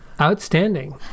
Outstanding